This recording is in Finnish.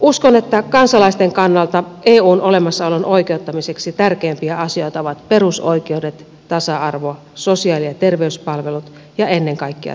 uskon että kansalaisten kannalta eun olemassaolon oikeuttamiseksi tärkeimpiä asioita ovat perusoikeudet tasa arvo sosiaali ja terveyspalvelut ja ennen kaikkea työllisyys